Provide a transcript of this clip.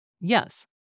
Yes